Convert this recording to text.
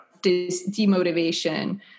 demotivation